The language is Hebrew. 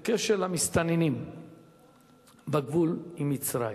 בקשר למסתננים בגבול עם מצרים.